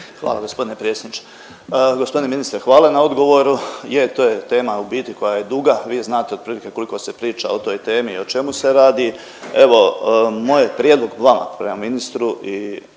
Ivica (DP)** Gospodine ministre hvala na odgovoru. Je, to je tema u biti koja je duga. Vi znate otprilike koliko se priča o toj temi, o čemu se radi. Evo moj je prijedlog vama prema ministru i